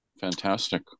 fantastic